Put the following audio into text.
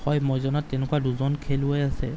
হয় মই জনাত তেনেকুৱা দুজন খেলুৱৈ আছে